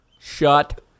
Shut